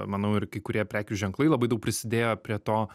manau ir kai kurie prekių ženklai labai daug prisidėjo prie to